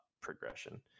progression